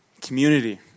Community